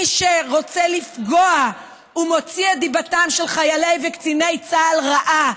מי שרוצה לפגוע ומוציא את דיבתם של חיילי וקציני צה"ל רעה,